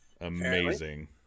Amazing